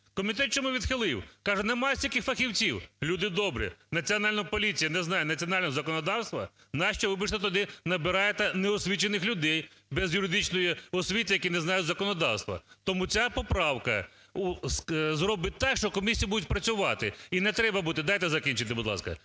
Комітет чому відхилив? Каже: нема стільки фахівців. Люди добрі! Національна поліція не знає національного законодавства? Нащо ви туди набираєте неосвічених людей, без юридичної освіти, які не знають законодавства? Тому ця поправка зробить так, що комісії будуть працювати, і не треба буде… Дайте закінчити, будь ласка.